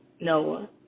Noah